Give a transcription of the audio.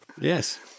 Yes